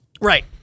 Right